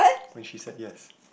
when she said yes